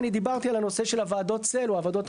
אני דיברתי על הנושא של הוועדות המקדימות,